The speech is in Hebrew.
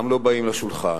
גם לא באים לשולחן,